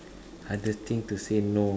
hardest thing to say no